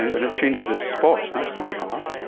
and and it changes its spots and that's going to be hard.